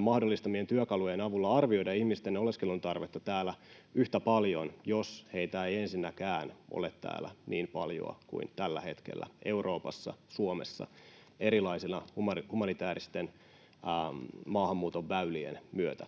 mahdollistamien työkalujen avulla arvioida ihmisten oleskelun tarvetta täällä yhtä paljon, jos heitä ei ensinnäkään ole täällä niin paljoa kuin tällä hetkellä Euroopassa, Suomessa erilaisten humanitääristen maahanmuuton väylien myötä.